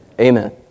Amen